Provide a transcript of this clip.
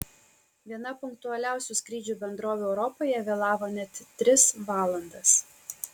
viena punktualiausių skrydžių bendrovių europoje vėlavo net tris valandas